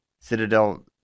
Citadel